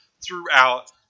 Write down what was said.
throughout